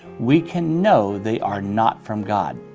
we can know they are not from god.